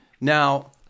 Now